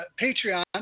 Patreon